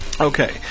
Okay